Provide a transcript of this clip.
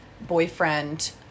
boyfriend